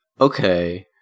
okay